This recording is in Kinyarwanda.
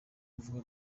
avuga